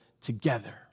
together